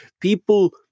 people